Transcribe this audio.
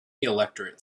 electorate